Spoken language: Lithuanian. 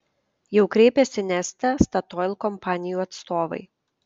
jau kreipėsi neste statoil kompanijų atstovai